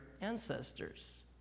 ancestors